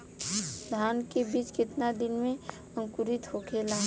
धान के बिज कितना दिन में अंकुरित होखेला?